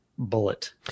bullet